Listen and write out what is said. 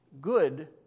good